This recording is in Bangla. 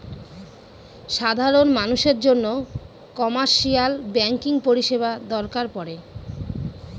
সাধারন মানুষের জন্য কমার্শিয়াল ব্যাঙ্কিং পরিষেবা দরকার পরে